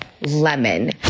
lemon